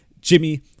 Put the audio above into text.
Jimmy